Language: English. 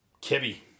Kebby